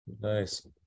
Nice